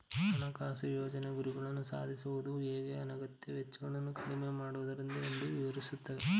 ಹಣಕಾಸು ಯೋಜ್ನೆಯು ಗುರಿಗಳನ್ನ ಸಾಧಿಸುವುದು ಹೇಗೆ ಅನಗತ್ಯ ವೆಚ್ಚಗಳನ್ನ ಕಡಿಮೆ ಮಾಡುವುದು ಎಂದು ವಿವರಿಸುತ್ತೆ